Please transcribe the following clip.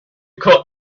cut